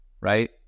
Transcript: Right